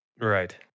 Right